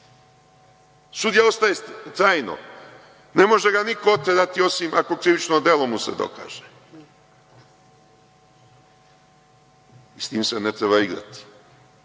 Sudija ostaje trajno, ne može ga niko oterati osim ako krivično delo mu se dokaže i sa time se ne treba igrati.